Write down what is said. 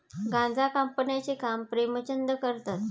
गांजा कापण्याचे काम प्रेमचंद करतात